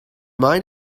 mind